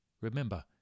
Remember